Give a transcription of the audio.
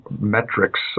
metrics